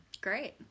Great